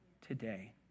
today